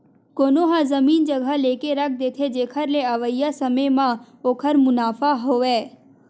कोनो ह जमीन जघा लेके रख देथे, जेखर ले अवइया समे म ओखर मुनाफा होवय